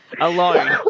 alone